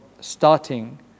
starting